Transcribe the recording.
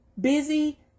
busy